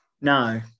No